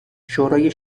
شورای